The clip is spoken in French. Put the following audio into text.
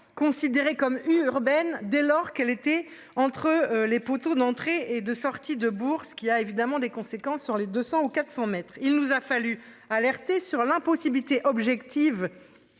considéré comme urbaine dès lors qu'elles étaient entre les poteaux d'entrée et de sortie de bourse qui a évidemment des conséquences sur les 200 ou 400 mètres. Il nous a fallu alerter sur l'impossibilité objective.